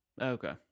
Okay